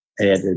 added